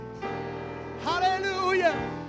Hallelujah